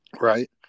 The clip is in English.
right